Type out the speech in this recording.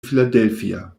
philadelphia